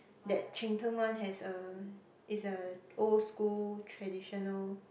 that Cheng-Teng one has a is a old school traditional